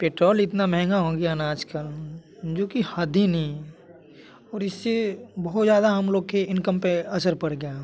petrol इतना महँगा हो गया ना आज कल जो कि हद ही नहीं है और इससे बहुत ज़्यादा हम लोग के इनकम पर असर पड़ गया है